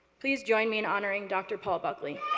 please join me in honoring dr. paul buckley.